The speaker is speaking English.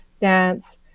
dance